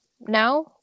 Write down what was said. now